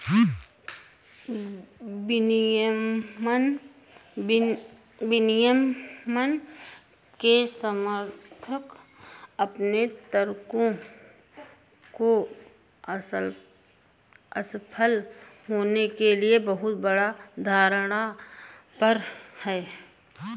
विनियमन के समर्थक अपने तर्कों को असफल होने के लिए बहुत बड़ा धारणा पर हैं